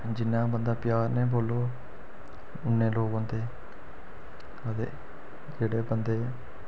जिन्ना बंदा प्यार ने बोलग उन्ने बंदे आंदे अपने अदे जेह्ड़े बंदे